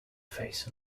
face